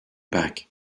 back